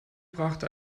brachte